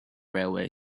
railway